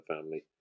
family